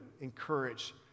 encourage